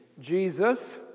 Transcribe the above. Jesus